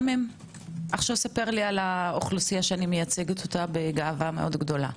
ספר לי על האוכלוסייה שאני מייצגת אותה בגאווה גדולה מאוד.